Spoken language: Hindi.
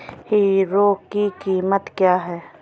हीरो की कीमत क्या है?